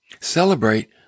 celebrate